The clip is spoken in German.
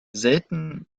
selten